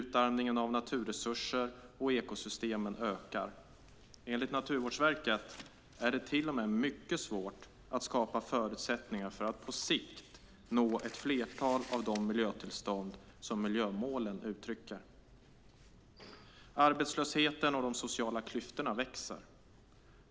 Utarmningen av naturresurser och ekosystem ökar. Enligt Naturvårdsverket är det till och med mycket svårt att skapa förutsättningar för att på sikt nå ett flertal av de miljötillstånd som miljömålen uttrycker. Arbetslösheten och de sociala klyftorna växer.